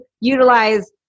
utilize